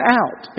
out